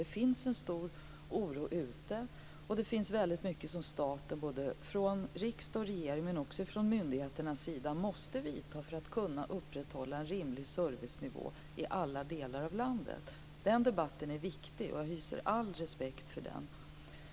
Det finns en stor oro ute i landet, och det finns väldigt mycket som staten, både riksdag och regering men också myndigheterna, måste göra för att kunna upprätthålla en rimlig servicenivå i alla delar av landet. Den debatten är viktig och jag hyser all respekt för den.